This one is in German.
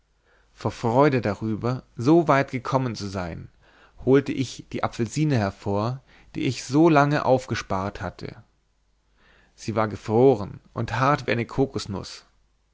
vor freude darüber so weit gekommen zu sein holte ich die apfelsine hervor die ich solange aufgespart hatte sie war gefroren und hart wie eine kokosnuß